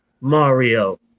Mario